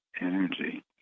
energy